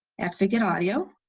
have to get audio.